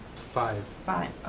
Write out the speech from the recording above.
five. five,